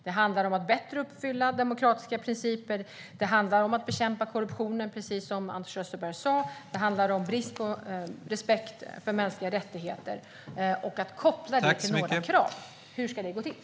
Det handlar om att bättre uppfylla demokratiska principer. Det handlar om att bekämpa korruptionen, precis som Anders Österberg sa. Det handlar om brist på respekt för mänskliga rättigheter. Det handlar om att koppla det till några krav. Hur ska det gå till?